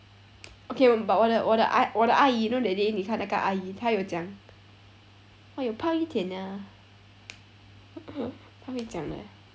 okay but 我的我的我的阿姨 you know that day 你看那个阿姨她有讲有胖一点啊她会讲的 eh